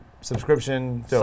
subscription